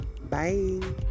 bye